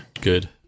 good